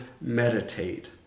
meditate